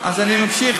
אז אני ממשיך,